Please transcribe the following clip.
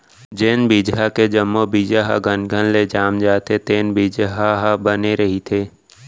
जेन बिजहा के जम्मो बीजा ह घनघन ले जाम जाथे तेन बिजहा ह बने रहिथे